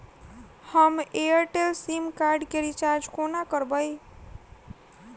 हम Airtel SIM card केँ recharge कोना करबै?